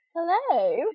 hello